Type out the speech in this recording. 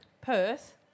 Perth